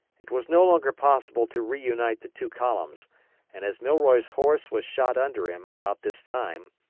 it was no longer possible to reunite the two columns and as milroy's horse was shot under him about this time,